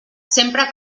sempre